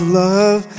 love